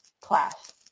class